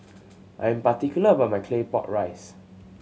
I am particular about my Claypot Rice